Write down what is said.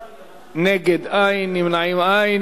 נגד, אין, נמנעים, אין.